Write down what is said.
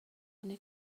اینه